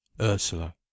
Ursula